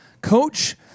coach